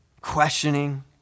questioning